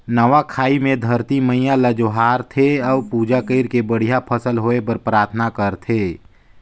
नवा खाई मे धरती मईयां ल जोहार थे अउ पूजा करके बड़िहा फसल होए बर पराथना करथे